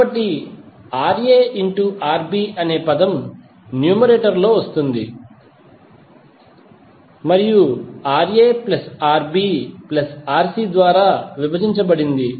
కాబట్టి RaRb అనే పదం న్యూమరేటర్ లో వస్తుంది మరియు Ra Rb Rc ద్వారా విభజించబడింది